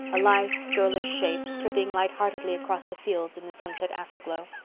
a lithe, girlish shape, tripping lightheartedly across the fields in the sunset afterglow.